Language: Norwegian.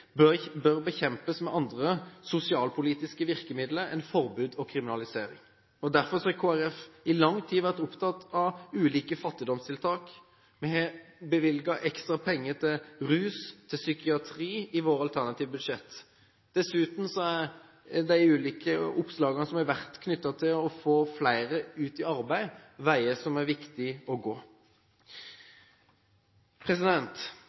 bør bekjempes med andre sosialpolitiske virkemidler enn forbud og kriminalisering. Derfor har Kristelig Folkeparti i lang tid vært opptatt av ulike fattigdomstiltak. Vi har bevilget ekstra penger til rus og psykiatri i våre alternative budsjetter. Dessuten er de ulike oppslagene som har vært knyttet til å få flere ut i arbeid, en vei som er viktig å